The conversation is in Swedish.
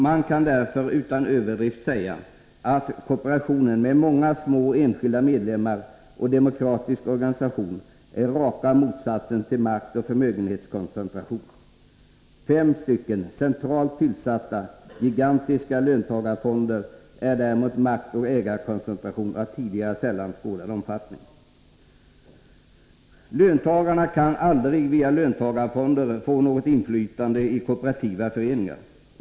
Man kan därför utan överdrift säga att kooperationen med många små enskilda medlemmar och demokratisk organisation är raka motsatsen till maktoch förmögenhetskoncentration. Fem stycken centralt tillsatta gigantiska löntagarfonder är däremot maktoch ägarkoncentration av tidigare sällan skådad omfattning. Löntagarna kan aldrig via löntagarfonder få något inflytande i kooperativa föreningar.